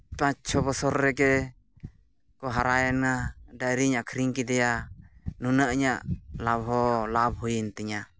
ᱯᱟᱸᱪ ᱪᱷᱚ ᱵᱚᱪᱷᱚᱨ ᱨᱮᱜᱮᱠᱚ ᱦᱟᱨᱟᱭᱮᱱᱟ ᱰᱟᱝᱨᱤᱧ ᱟᱠᱷᱨᱤᱧ ᱠᱮᱫᱮᱭᱟ ᱱᱩᱱᱟᱹᱜ ᱤᱧᱟᱹᱜ ᱞᱟᱵᱷ ᱦᱚᱸ ᱞᱟᱵᱷ ᱦᱩᱭᱮᱱ ᱛᱤᱧᱟᱹ